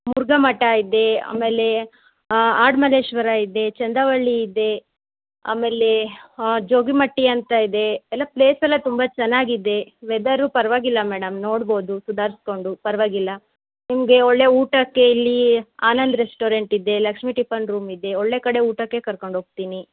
ಮುರುಘಾಮಠ ಇದೆ ಆಮೇಲೆ ಆಡುಮಲ್ಲೇಶ್ವರ ಇದೆ ಚಂದವಳ್ಳಿ ಇದೆ ಆಮೇಲೆ ಜೋಗಿಮಟ್ಟಿ ಅಂತ ಇದೆ ಎಲ್ಲ ಪ್ಲೇಸ್ ಎಲ್ಲ ತುಂಬ ಚೆನ್ನಾಗಿದೆ ವೆದರ್ರು ಪರವಾಗಿಲ್ಲ ಮೇಡಮ್ ನೋಡ್ಬೋದು ಸುದಾರ್ಸ್ಕೊಂಡು ಪರವಾಗಿಲ್ಲ ನಿಮಗೆ ಒಳ್ಳೆ ಊಟಕ್ಕೆ ಇಲ್ಲಿ ಆನಂದ್ ರೆಸ್ಟೋರೆಂಟ್ ಇದೆ ಲಕ್ಷ್ಮೀ ಟಿಫನ್ ರೂಮ್ ಇದೆ ಒಳ್ಳೆ ಕಡೆ ಊಟಕ್ಕೆ ಕರ್ಕೊಂಡು ಹೋಗ್ತೀನಿ